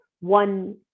one